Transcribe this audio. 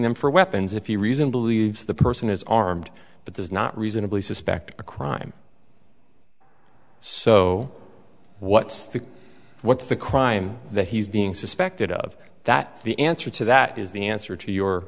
them for weapons if you reason believes the person is armed but does not reasonably suspect a crime so what's the what's the crime that he's being suspected of that the answer to that is the answer to your